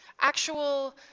actual